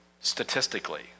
statistically